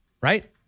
Right